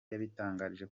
yabitangaje